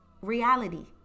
reality